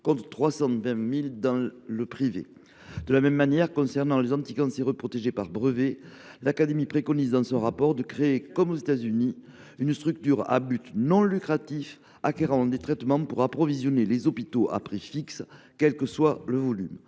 contre 320 000 euros dans le privé. De la même manière, concernant les anticancéreux protégés par brevet, l’Académie préconise dans son rapport de créer, comme aux États Unis, une structure à but non lucratif acquérant les traitements pour approvisionner les hôpitaux à prix fixe, quel que soit le volume.